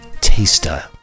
taster